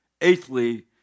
Eighthly